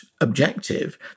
objective